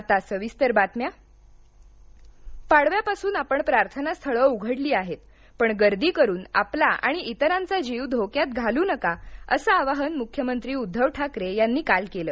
मुख्यमंत्री संवाद पाडव्यापासून आपण प्रार्थनास्थळं उघडली आहेत पण गर्दी करून आपला आणि इतरांचा जीव धोक्यात घालू नका असं आवाहन मुख्यमंत्री उद्धव ठाकरे यांनी काल केलं